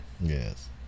Yes